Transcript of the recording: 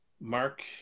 Mark